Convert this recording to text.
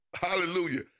hallelujah